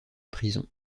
prison